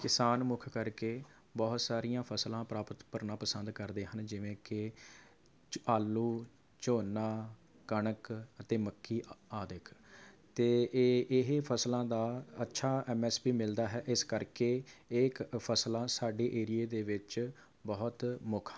ਕਿਸਾਨ ਮੁੱਖ ਕਰਕੇ ਬਹੁਤ ਸਾਰੀਆਂ ਫਸਲਾਂ ਪ੍ਰਾਪਤ ਕਰਨਾ ਪਸੰਦ ਕਰਦੇ ਹਨ ਜਿਵੇਂ ਕਿ ਚ ਆਲੂ ਝੋਨਾ ਕਣਕ ਅਤੇ ਮੱਕੀ ਅ ਆਦਿ ਅਤੇ ਏ ਇਹ ਫ਼ਸਲਾਂ ਦਾ ਅੱਛਾ ਐਮ ਐਸ ਪੀ ਮਿਲਦਾ ਹੈ ਇਸ ਕਰਕੇ ਇਹ ਕ ਫਸਲਾਂ ਸਾਡੇ ਏਰੀਏ ਦੇ ਵਿੱਚ ਬਹੁਤ ਮੁੱਖ ਹਨ